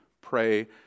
pray